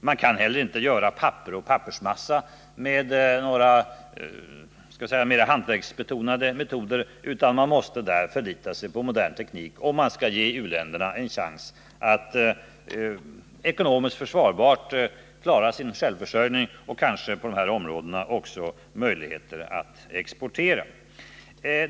Man kan heller inte göra papper och pappersmassa med några mera hantverksbetonade metoder, utan man måste förlita sig på modern teknik om man skall ge u-länderna en chans att på ett ekonomiskt försvarbart sätt klara sin försörjning på det här området och kanske också exportera.